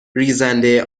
ریزنده